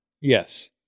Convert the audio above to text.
Yes